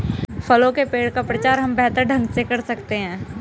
फलों के पेड़ का प्रचार हम बेहतर ढंग से कर सकते हैं